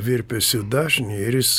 virpesių dažnį ir jis